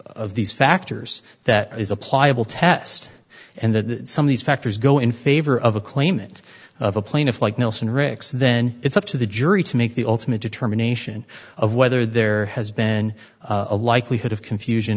these factors that is a pliable test and the sum of these factors go in favor of a claimant of a plaintiff like nelson ricks then it's up to the jury to make the ultimate determination of whether there has been a likelihood of confusion